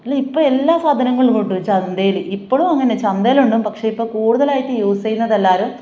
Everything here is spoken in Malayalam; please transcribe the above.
അല്ല ഇപ്പം എല്ലാ സാധനങ്ങളും ഉണ്ട് ചന്തയിൽ ഇപ്പോളും അങ്ങനെയാണ് ചന്തയിലുണ്ട് പക്ഷേ ഇപ്പം കൂടുതലായിട്ടും യൂസ് ചെയ്യുന്നത് എല്ലാവരും